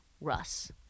Russ